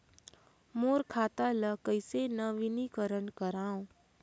मोर खाता ल कइसे नवीनीकरण कराओ?